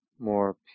more